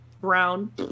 Brown